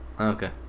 okay